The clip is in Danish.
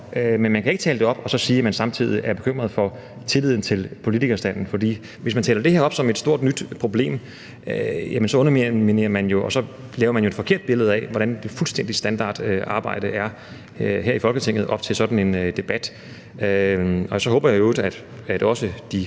men man kan ikke tale det op og så samtidig sige, at man er bekymret for tilliden til politikerstanden. For hvis man taler det her op som et stort nyt problem, laver man jo et forkert billede af, hvordan fuldstændig standard arbejde er her i Folketinget op til sådan en debat. Så håber jeg i øvrigt, at